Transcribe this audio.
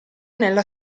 nella